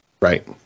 Right